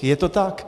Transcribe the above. Je to tak.